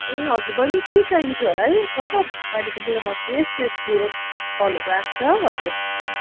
ए हजुर बहिनी के चाहिन्थ्यो होला है छ त अहिले त मेरोमा फ्रेस फ्रेस फलहरू आएको छ हो हजुर भन्नुहोस्